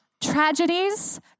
tragedies